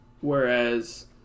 Whereas